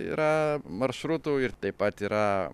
yra maršrutų ir taip pat yra